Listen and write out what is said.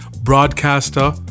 broadcaster